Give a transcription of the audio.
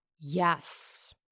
Yes